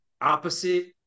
opposite